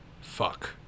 Fuck